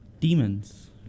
Demons